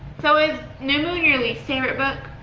so is new moon your least favorite book?